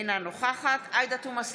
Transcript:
אינה נוכחת עאידה תומא סלימאן,